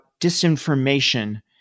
disinformation